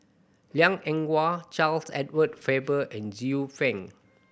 Liang Eng Hwa Charles Edward Faber and Xiu Fang